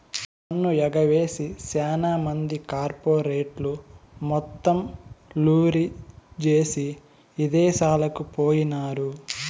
పన్ను ఎగవేసి సాన మంది కార్పెరేట్లు మొత్తం లూరీ జేసీ ఇదేశాలకు పోయినారు